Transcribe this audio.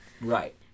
Right